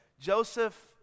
Joseph